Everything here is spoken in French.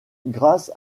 grâce